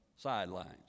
sidelines